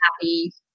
happy